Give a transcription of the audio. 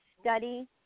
study